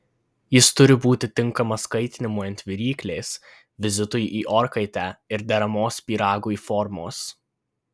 jis turi būti tinkamas kaitinimui ant viryklės vizitui į orkaitę ir deramos pyragui formos